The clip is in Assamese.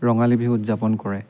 ৰঙালি বিহু উদযাপন কৰে